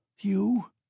You